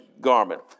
garment